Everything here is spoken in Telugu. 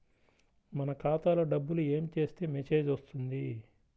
మన ఖాతాలో డబ్బులు ఏమి చేస్తే మెసేజ్ వస్తుంది?